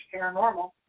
Paranormal